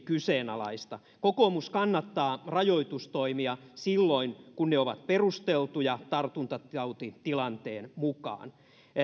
kyseenalaista kokoomus kannattaa rajoitustoimia silloin kun ne ovat perusteltuja tartuntatautitilanteen mukaan